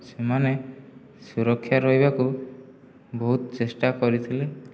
ସେମାନେ ସୁରକ୍ଷା ରହିବାକୁ ବହୁତ ଚେଷ୍ଟା କରିଥିଲେ